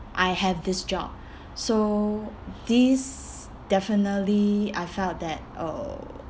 I had this job so these definitely I felt that uh